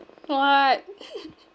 what